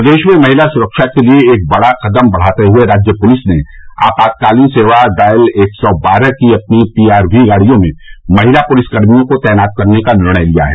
प्रदेश में महिला सुरक्षा के लिए एक बड़ा कदम बढ़ाते हुए राज्य पुलिस ने आपातकालीन सेवा डायल एक सौ बारह की अपनी पीआरवी गाड़ियों में महिला पुलिसकर्मियों को तैनात करने का निर्णय लिया है